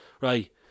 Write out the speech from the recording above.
right